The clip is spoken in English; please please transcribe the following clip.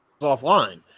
offline